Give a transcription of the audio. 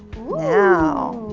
wow!